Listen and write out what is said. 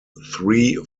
three